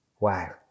Wow